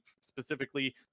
specifically